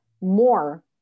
more